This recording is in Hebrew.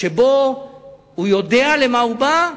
שבו הוא יודע למה הוא בא,